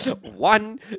One